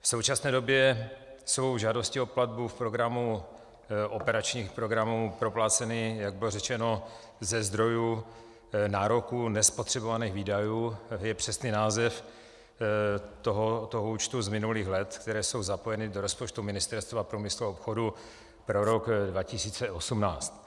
V současné době jsou žádosti o platbu v programu operačních programů propláceny, jak bylo řečeno, ze zdrojů nároků nespotřebovaných výdajů, to je přesný název toho účtu z minulých let, které jsou zapojeny do rozpočtu Ministerstva průmyslu a obchodu pro rok 2018.